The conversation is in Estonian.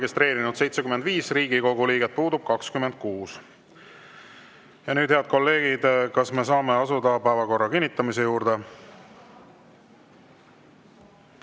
registreerunud 75 Riigikogu liiget, puudub 26. Head kolleegid, kas me saame asuda päevakorra kinnitamise juurde?